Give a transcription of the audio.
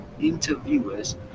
interviewers